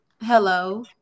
hello